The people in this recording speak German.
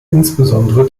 insbesondere